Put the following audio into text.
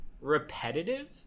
repetitive